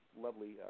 lovely